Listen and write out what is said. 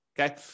okay